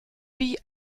wie